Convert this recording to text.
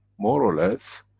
more or less,